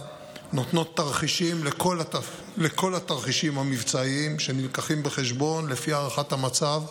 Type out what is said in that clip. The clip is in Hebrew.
נותנות תשובות לכל התרחישים המבצעיים שמובאים בחשבון לפי הערכת המצב,